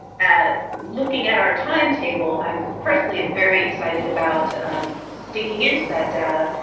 at looking at our timetable, i'm personally am very excited about digging into that data.